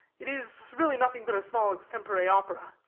it is really nothing but a small extempore opera,